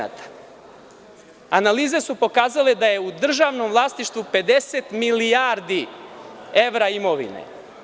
Analize su pokazale da je u državnom vlasništvu 50 milijardi evra imovine.